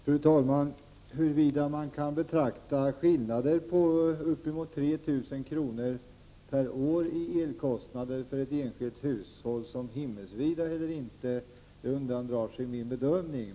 Fru talman! Huruvida man kan betrakta skillnader på uppemot 3 000 kr. per år i elkostnader för ett enskilt hushåll som himmelsvida eller inte undan drar sig min bedömning.